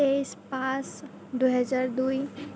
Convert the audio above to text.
তেইছ পাঁচ দুহেজাৰ দুই